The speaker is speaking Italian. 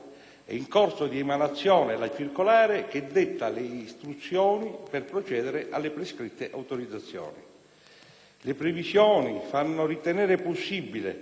è in corso di emanazione la circolare che detta le istruzioni per procedere alle prescritte autorizzazioni. Le previsioni fanno ritenere possibile